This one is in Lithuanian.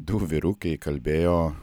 du vyrukai kalbėjo